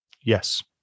Yes